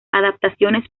adaptaciones